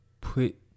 put